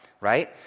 right